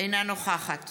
אינה נוכחת